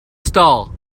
stall